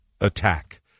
attack